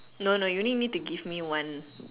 no no you only need to give me one